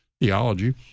theology